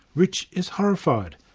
rich is horrified.